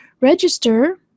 register